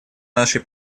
нашей